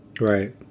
Right